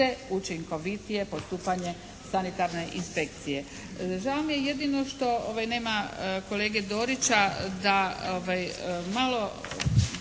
učinkovitije postupanje sanitarne inspekcije. Žao mi je jedino što nema kolege Dorića da malo